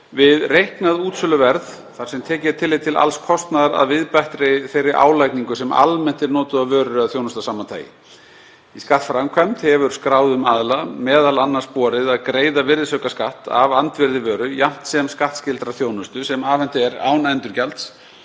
við reiknað útsöluverð þar sem tekið er tillit til alls kostnaðar að viðbættri þeirri álagningu sem almennt er notuð á vörur eða þjónustu af sama tagi. Í skattframkvæmd hefur skráðum aðila m.a. borið að greiða virðisaukaskatt af andvirði vöru jafnt sem skattskyldrar þjónustu sem afhent er án endurgjalds